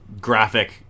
graphic